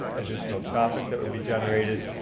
additional traffic that would be generated,